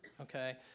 okay